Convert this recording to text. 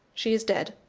she is dead.